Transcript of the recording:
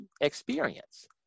experience